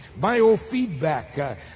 biofeedback